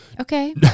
Okay